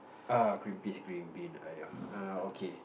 ah green beans green beans err okay